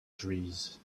trees